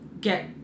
get